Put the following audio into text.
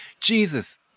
Jesus